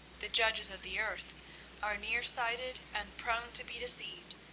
the judges of the earth are near-sighted and prone to be deceived.